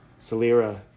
Salira